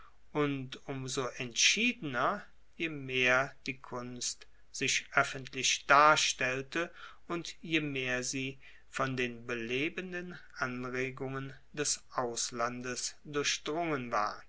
und um so entschiedener je mehr die kunst sich oeffentlich darstellte und je mehr sie von den belebenden anregungen des auslandes durchdrungen war